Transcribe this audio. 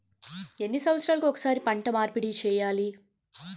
ఎన్ని సంవత్సరాలకి ఒక్కసారి పంట మార్పిడి చేయాలి?